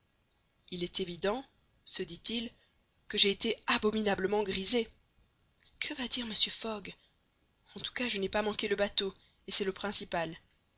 il est évident se dit-il que j'ai été abominablement grisé que va dire mr fogg en tout cas je n'ai pas manqué le bateau et c'est le principal